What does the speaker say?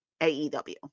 AEW